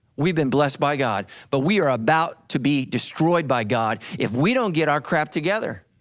we've been blessed by god, but we are about to be destroyed by god if we don't get our crap together.